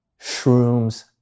shrooms